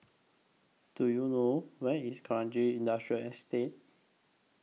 Do YOU know Where IS Kranji Industrial Estate